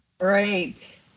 Right